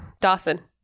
Dawson